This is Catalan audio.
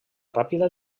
ràpida